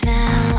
now